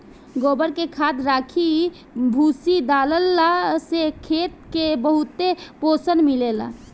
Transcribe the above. गोबर के खाद, राखी, भूसी डालला से खेत के बहुते पोषण मिलेला